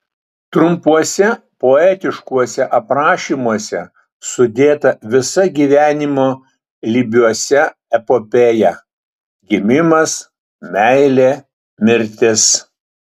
trumpuose poetiškuose aprašymuose sudėta visa gyvenimo lybiuose epopėja gimimas meilė mirtis